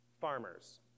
farmers